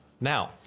Now